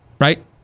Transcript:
right